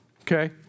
Okay